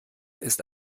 ist